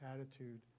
attitude